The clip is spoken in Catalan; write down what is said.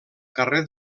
carrer